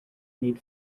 need